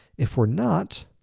if we're not,